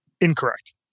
Incorrect